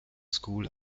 school